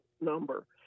number